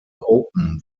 open